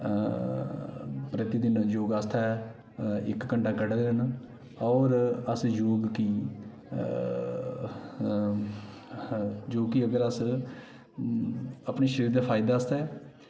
प्रतिदिन योग आस्तै इक घैंटा कड्ढी लैना होर अस योग गी योग गी अगर अस अपने शरीर दे फायदे आस्तै